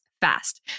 fast